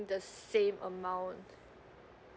the same amount